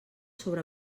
sobre